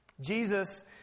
Jesus